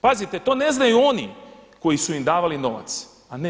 Pazite, to ne znaju oni koji su im davali novac, a ne mi.